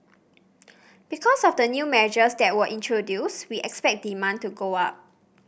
because of the new measures that were introduced we expect demand to go up